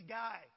guy